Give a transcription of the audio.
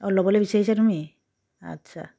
অঁ ল'বলৈ বিচাৰিছা তুমি আচ্ছা